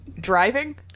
driving